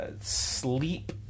sleep